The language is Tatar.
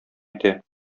итә